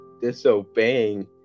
disobeying